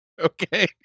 Okay